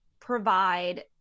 provide